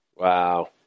Wow